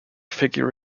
figure